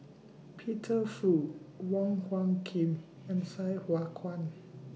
Peter Fu Wong Hung Khim and Sai Hua Kuan